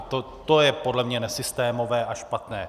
To je podle mě nesystémové a špatné.